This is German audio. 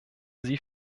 sie